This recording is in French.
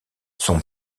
son